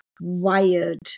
wired